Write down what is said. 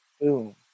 Boom